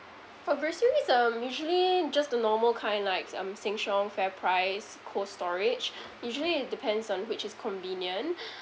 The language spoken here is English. for groceries um usually just the normal kind likes um sheng siong fairprice cold storage usually it depends on which is convenient